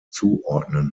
zuordnen